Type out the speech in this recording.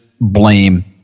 blame